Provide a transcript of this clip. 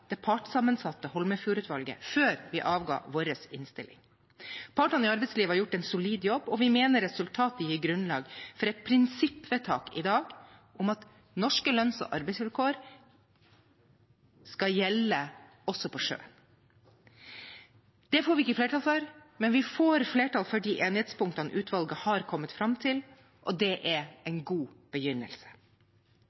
det partssammensatte Holmefjord-utvalget før vi avga vår innstilling. Partene i arbeidslivet har gjort en solid jobb, og vi mener resultatet gir grunnlag for et prinsippvedtak i dag om at norske lønns- og arbeidsvilkår skal gjelde også på sjø. Det får vi ikke flertall for, men vi får flertall for de enighetspunktene utvalget har kommet fram til, og det er